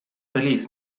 feliz